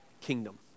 kingdom